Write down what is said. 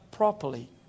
Properly